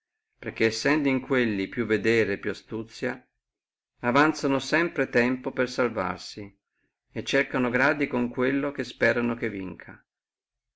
perché sendo in quelli più vedere e più astuzia avanzono sempre tempo per salvarsi e cercono gradi con quelli che sperano che vinca